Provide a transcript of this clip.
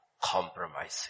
compromising